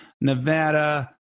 Nevada